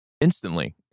instantly